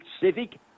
Civic